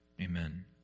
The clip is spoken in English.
Amen